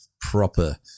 proper